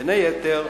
בין היתר: